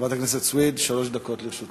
חברת הכנסת סויד, שלוש דקות לרשותך.